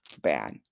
bad